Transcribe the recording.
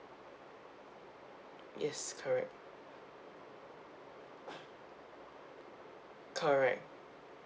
yes correct correct